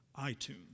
iTunes